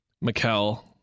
Mikel